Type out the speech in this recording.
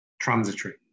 Transitory